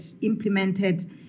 implemented